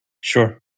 Sure